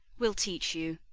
we'll teach you